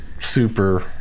Super